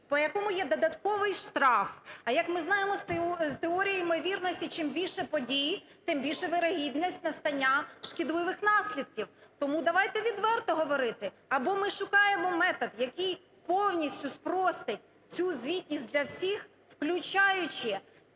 по якому є додатковий штраф, а як ми знаємо з теорії ймовірності, чим більше подій, тим більша вірогідність настання шкідливих наслідків. Тому давайте відверто говорити: або ми шукаємо метод, який повністю спростить цю звітність для всіх, включаючи